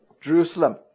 Jerusalem